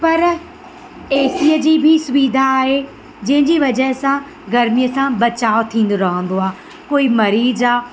पर एसीअ जी बि सुविधा आहे जंहिं जी वजह सां गर्मीअ सां बचाव थींदो रहंदो आहे कोई मरीजु आहे